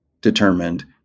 determined